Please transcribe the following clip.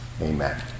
Amen